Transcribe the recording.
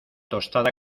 tostada